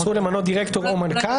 זכות למנות דירקטור או מנכ"ל?